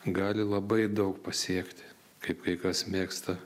gali labai daug pasiekti kaip kai kas mėgsta